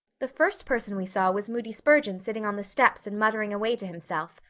the first person we saw was moody spurgeon sitting on the steps and muttering away to himself.